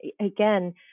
Again